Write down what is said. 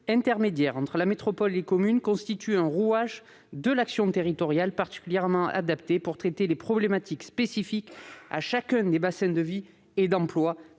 intermédiaire entre la métropole et les communes constitue un rouage de l'action territoriale particulièrement adapté pour traiter les problématiques spécifiques à chacun des bassins de vie et d'emploi